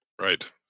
Right